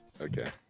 okay